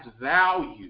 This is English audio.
value